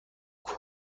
کند